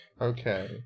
Okay